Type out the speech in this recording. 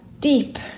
deep